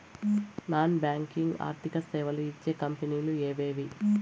Non banking ఆర్థిక సేవలు ఇచ్చే కంపెని లు ఎవేవి?